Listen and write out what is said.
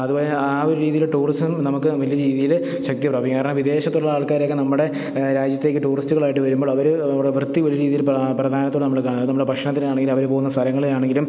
അതുപോലെ ആ ഒരു രീതിയിൽ ടൂറിസം നമുക്ക് വലിയ രീതിയിൽ ശക്തിപ്രാപിക്കും കാരണം വിദേശത്തുള്ള ആൾക്കാരെയൊക്കെ നമ്മുടെ രാജ്യത്തേക്ക് ടൂറിസ്റ്റുകളായിട്ട് വരുമ്പോൾ അവർ നമ്മുടെ വൃത്തി ഒരു രീതിയിൽ പ്രധാനത്തോടെ നമ്മൾ നമ്മൾ ഭക്ഷണത്തിനാണെങ്കിലും അവർ പോവുന്ന സ്ഥലങ്ങളെ ആണെങ്കിലും